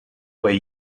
way